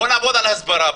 בוא נעבוד על הסברה,